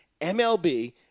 MLB